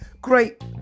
Great